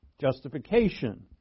justification